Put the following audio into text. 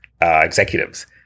executives